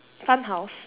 fun house